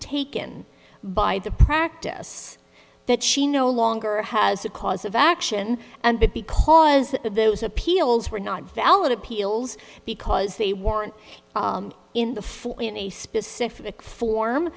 taken by the practice that she no longer has a cause of action and because those appeals were not valid appeals because they weren't in the full in a specific form